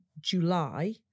July